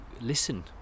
listen